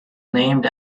named